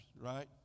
right